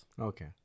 Okay